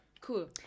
cool